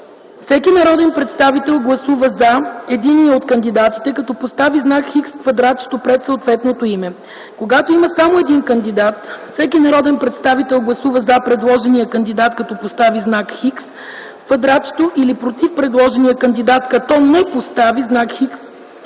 Всеки народен представител гласува „ЗА” единия от кандидатите, като постави знак „Х” в квадратчето пред съответното име. Когато има само един кандидат, всеки народен представител гласува „ЗА” предложения кандидат, като постави знак „Х” в квадратчето, или „ПРОТИВ” предложения кандидат, като не постави знак „Х”